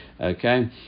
okay